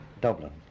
Dublin